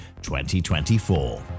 2024